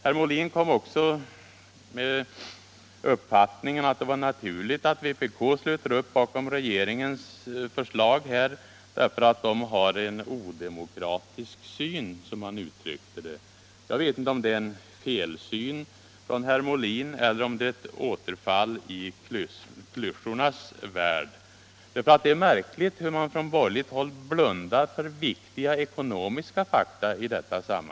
Herr Molin hade den uppfattningen att det var naturligt att vpk sluter upp bakom regeringens förslag, därför att de har en odemokratisk syn, som han uttryckte det. Jag vet inte om det är en felsyn av herr Molin, eller om det var ett återfall i klyschornas värld. Det är märkligt hur man från borgerligt håll blundar för viktiga ekonomiska fakta.